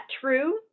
true